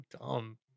dumb